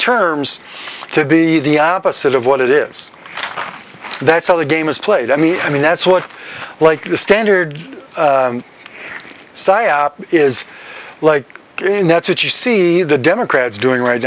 terms to be the opposite of what it is that's how the game is played i mean i mean that's what like the standard cya is like that's it you see the democrats doing right